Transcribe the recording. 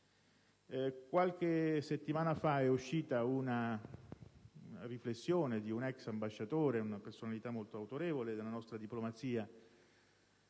Qualche settimana fa è stata pubblicata una riflessione di un ex ambasciatore, una personalità molto autorevole della nostra diplomazia